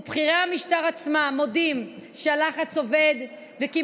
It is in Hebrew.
ובכירי המשטר עצמם מודים שהלחץ עובד וכי